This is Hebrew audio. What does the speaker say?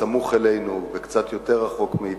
סמוך אלינו וקצת יותר רחוק מאתנו,